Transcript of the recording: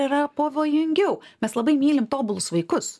yra pavojingiau mes labai mylim tobulus vaikus